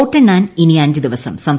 വോട്ടെണ്ണാൻ ഇനി അഞ്ച് ദിവ്വ്സും